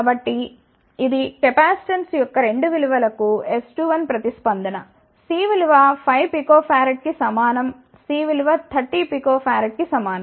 కాబట్టిఇది కెపాసిటెన్స్ యొక్క 2 విలువలకు S21 ప్రతిస్పందన C విలువ 5 pF కి సమానం C విలువ 30 pF కి సమానం